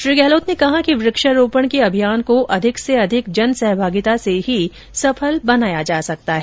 श्री गहलोत ने कहा कि वृक्षारोपण के अभियान को अधिक से अधिक जनसहभागिता से ही सफल बनाया जा सकता है